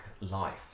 life